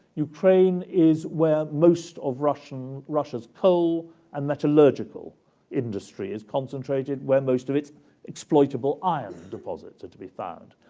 ukraine is where most of russian russia's coal and metallurgical industry is concentrated, where most of its exploitable iron deposits are to be found.